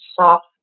soft